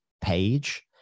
page